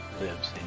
Lives